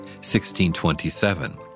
1627